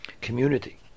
Community